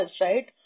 right